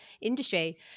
industry